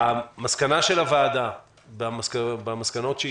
המסקנה של הוועדה במסקנות שהיא